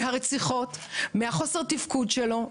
מהרציחות ומחוס התפקוד שלו.